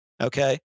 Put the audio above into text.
Okay